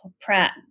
Pratt